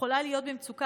יכולה להיות במצוקה,